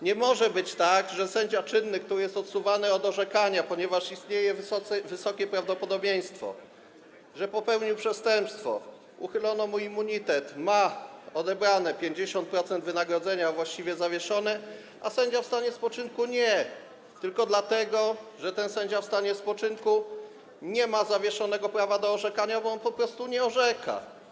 Nie może być tak, że sędzia czynny, który jest odsuwany od orzekania, ponieważ istnieje wysokie prawdopodobieństwo, że popełnił przestępstwo, uchylono mu immunitet, ma odebrane 50% wynagrodzenia, a właściwie zawieszone, a sędzia w stanie spoczynku nie, tylko dlatego że ten sędzia w stanie spoczynku nie ma zawieszonego prawa do orzekania, bo on po prostu nie orzeka.